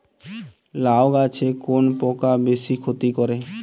লাউ গাছে কোন পোকা বেশি ক্ষতি করে?